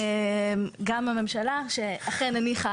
גם הממשלה שאכן הניחה